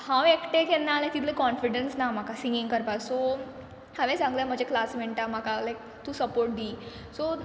हांव एकटें केन्ना लायक तितलें कॉन्फिडंट्स ना म्हाका सिंगींग करपा सो हांवें सांगलें म्हजे क्लासमेंटा म्हाका लायक तूं सपोट डी सो